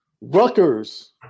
Rutgers